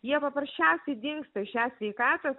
jie paprasčiausiai dingsta iš esveikatos